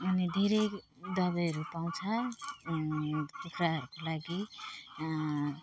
अनि धेरै दबाईहरू पाउँछ कुखुराहरूको लागि